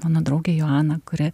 mano draugę joaną kuri